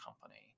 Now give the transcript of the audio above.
company